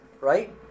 right